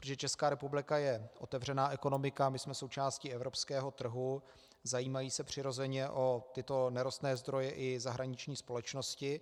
Protože Česká republika je otevřená ekonomika, my jsme součástí evropského trhu, zajímají se přirozeně o tyto nerostné zdroje i zahraniční společnosti.